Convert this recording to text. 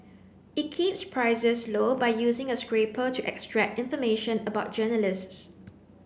it keeps prices low by using a scraper to extract information about journalists